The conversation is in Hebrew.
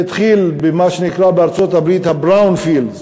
זה התחיל במה שנקרא בארצות-הברית ה-brownfields,